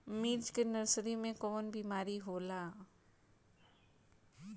मिर्च के नर्सरी मे कवन बीमारी होला?